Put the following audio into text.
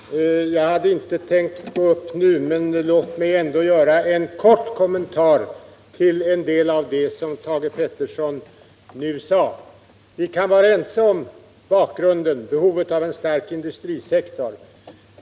Herr talman! Jag hade inte tänkt gå upp i debatten nu, men låt mig ändå göra en kort kommentar till en del av det som Thage Peterson nu sagt. Vi kan vara ense om bakgrunden: behovet av en stark industrisektor.